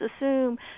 assume